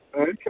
Okay